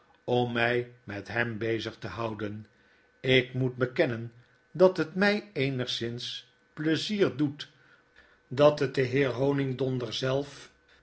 om my met hem bezig te houden ik moet bekennen dat het mi eenigszins pleizier doet dat het de heer honigdonder